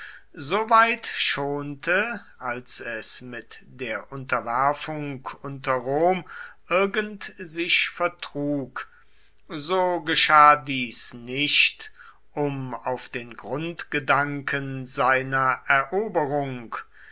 soweit schonte als es mit der unterwerfung unter rom irgend sich vertrug so geschah dies nicht um auf den grundgedanken seiner eroberung